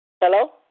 Hello